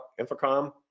Infocom